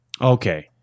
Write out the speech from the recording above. Okay